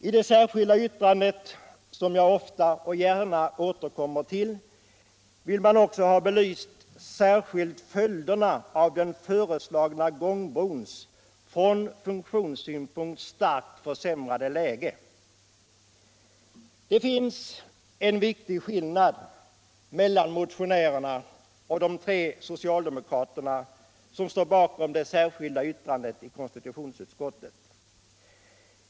I det särskilda yttrandet, som jag ofta och gärna återkommer till, vill man också ha belyst ”särskilt följderna av den föreslagna gångbrons från funktionssynpunkt starkt försämrade läge”. Det finns en viktig skillnad mellan motionärerna och de tre socialdemokraterna som står bakom det särskilda yttrandet.